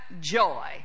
joy